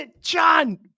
John